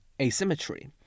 asymmetry